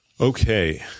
Okay